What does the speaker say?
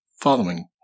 Following